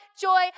joy